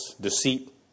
deceit